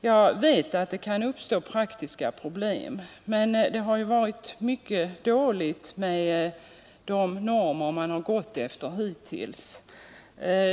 Jag vet att det kan uppstå praktiska problem, men det har varit mycket dåligt med de normer som man har gått efter hittills.